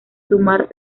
sumar